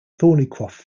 thornycroft